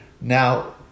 Now